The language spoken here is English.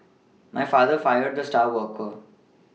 my father fired the star worker